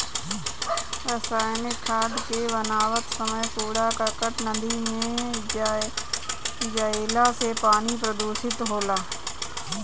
रासायनिक खाद के बनावत समय कूड़ा करकट नदी में जईला से पानी प्रदूषित होला